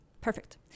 Perfect